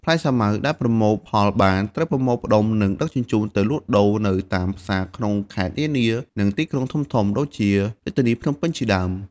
ផ្លែសាវម៉ាវដែលប្រមូលផលបាន ត្រូវបានប្រមូលផ្ដុំនិងដឹកជញ្ជូនទៅលក់ដូរនៅតាមផ្សារក្នុងខេត្តនានា និងទីក្រុងធំៗ ដូចជារាជធានីភ្នំពេញជាដើម។